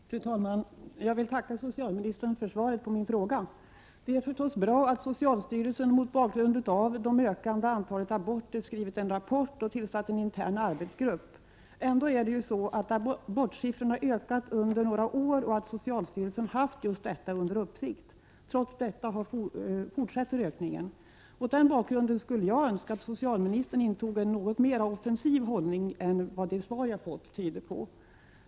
Fru talman! Jag vill tacka socialministern för svaret på min fråga. Det är förstås bra att socialstyrelsen mot bakgrund av det ökande antalet aborter har skrivit en rapport och tillsatt en intern arbetsgrupp. Ändå är det ju så, att abortsiffrorna under några år har ökat och att socialstyrelsen har haft just detta under uppsikt. Trots detta fortsätter alltså ökningen. Mot denna bakgrund skulle jag önska att socialministern intog en något mer offensiv hållning än vad det svar som jag har fått tyder på.